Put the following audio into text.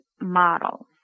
models